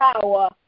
power